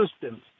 systems